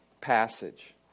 passage